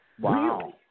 Wow